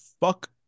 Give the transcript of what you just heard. fuck